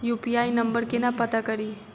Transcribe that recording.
UPI number केना पत्ता कड़ी?